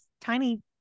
tiny